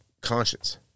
conscience